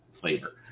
flavor